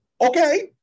Okay